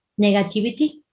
Negativity